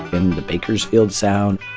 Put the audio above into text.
and the bakersfield sound.